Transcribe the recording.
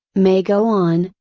may go on,